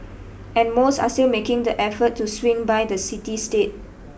and most are still making the effort to swing by the city state